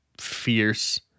fierce